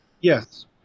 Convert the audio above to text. Yes